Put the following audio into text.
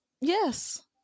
Yes